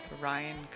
Ryan